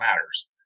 matters